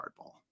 hardball